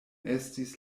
estis